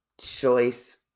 Choice